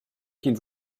qu’ils